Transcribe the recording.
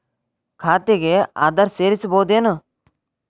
ಖಾತೆಗೆ ಆಧಾರ್ ಸೇರಿಸಬಹುದೇನೂ?